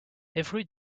every